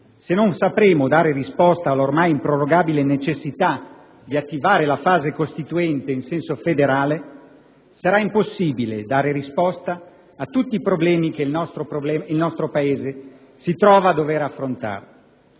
se non sapremo dare risposta alla ormai improrogabile necessità di attivare la fase costituente in senso federale, sarà impossibile dare risposta a tutti i problemi che il nostro Paese si trova a dover affrontare.